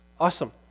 Awesome